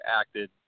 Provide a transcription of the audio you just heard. acted